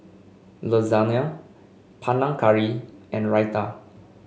Lasagna Panang Curry and Raita